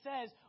says